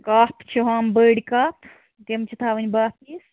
cup چھِ ہُم بٔڈۍ کَپ تِم چھِ تھاوٕنۍ باہ پیٖس